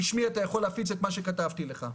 בשמי אתה יכול להפיץ את מה שכתבתי לך.